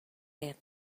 and